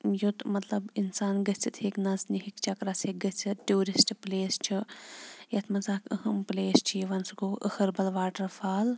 یوٚت مطلب اِنسان گٔژھِتھ ہیٚکہِ نَژنہِ ہیٚکہِ چَکرَس ہیٚکہِ گٔژھِتھ ٹیوٗرِسٹ پٕلیس چھُ یَتھ منٛز اَکھ اَہم پٕلیس چھِ یِوان سُہ گوٚو اَہربل واٹَر فال